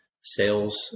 sales